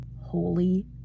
holy